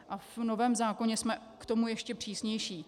V novém zákoně jsme k tomu ještě přísnější.